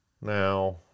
Now